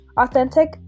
authentic